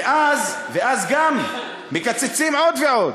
ואז גם מקצצים עוד ועוד.